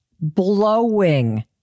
blowing